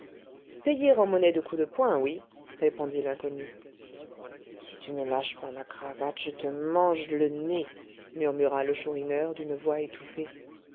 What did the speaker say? payer en monnaie de coups de poing oui répondit l'inconnu si tu ne lâches pas ma cravate je te mange le nez murmura le chourineur d'une voix étouffée